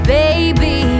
baby